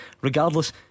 Regardless